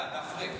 דף ריק.